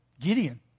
Gideon